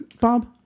Bob